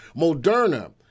Moderna